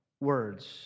words